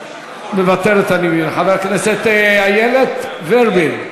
איננה, חבר הכנסת איתן כבל,